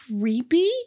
creepy